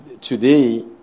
today